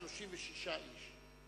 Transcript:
36 איש.